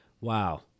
wow